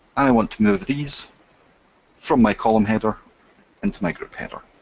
i want to move these from my column header into my group header.